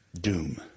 Doom